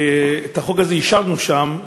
את החוק הזה אישרנו שם,